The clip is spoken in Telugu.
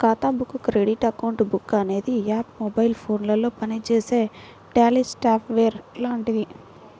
ఖాతా బుక్ క్రెడిట్ అకౌంట్ బుక్ అనే యాప్ మొబైల్ ఫోనులో పనిచేసే ట్యాలీ సాఫ్ట్ వేర్ లాంటిది